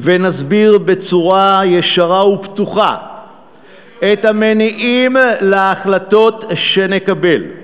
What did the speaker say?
ונסביר בצורה ישרה ופתוחה את המניעים להחלטות שנקבל.